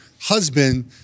husband